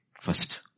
First